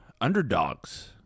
underdogs